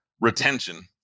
retention